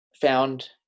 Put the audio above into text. found